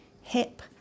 hip